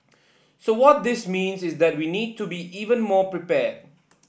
so what this means is that we need to be even more prepared